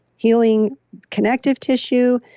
healing connective tissue,